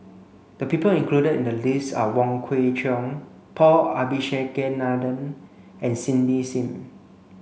the people included in the list are Wong Kwei Cheong Paul Abisheganaden and Cindy Sim